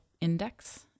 Index